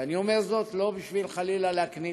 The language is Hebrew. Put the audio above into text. ואני אומר זאת לא בשביל חלילה להקניט,